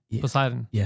Poseidon